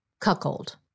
cuckold